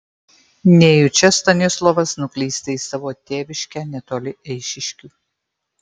nejučia stanislovas nuklysta į savo tėviškę netoli eišiškių